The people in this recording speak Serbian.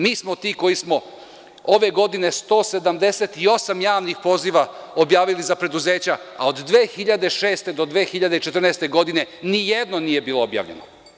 Mi smo ti koji smo ove godine 178 javnih poziva objavili za preduzeća od 2006. do 2014. godine, nijedno nije bila objavljeno.